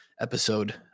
episode